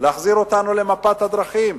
להחזיר אותנו למפת הדרכים